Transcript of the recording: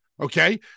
okay